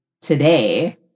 today